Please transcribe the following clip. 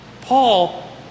Paul